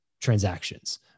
transactions